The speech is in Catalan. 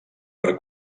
per